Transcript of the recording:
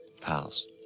Pals